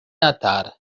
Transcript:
natar